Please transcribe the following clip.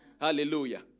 Hallelujah